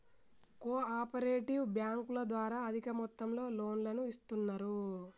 co operative బ్యాంకుల ద్వారా అధిక మొత్తంలో లోన్లను ఇస్తున్నరు